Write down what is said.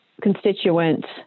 constituents